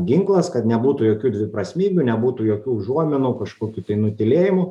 ginklas kad nebūtų jokių dviprasmybių nebūtų jokių užuominų kažkokių tai nutylėjimų